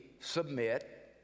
submit